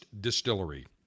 Distillery